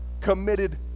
committed